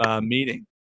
meeting